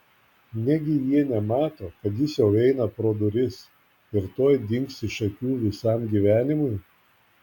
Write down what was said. negi jie nemato kad jis jau eina pro duris ir tuoj dings iš akių visam gyvenimui